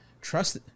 Trust